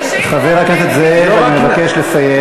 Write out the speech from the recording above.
חבר הכנסת זאב, אני מבקש לסיים.